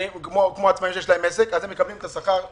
כמו עצמאים שיש להם עסק, הם מקבלים את השכר שלהם.